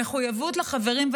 המחויבות לחברים,